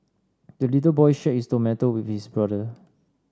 the little boy shared his tomato with his brother